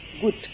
good